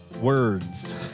words